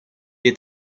est